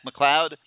McLeod